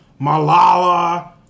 Malala